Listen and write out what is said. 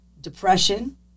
Depression